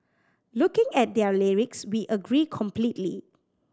looking at their lyrics we agree completely